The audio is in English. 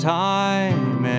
time